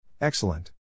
Excellent